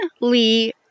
Lee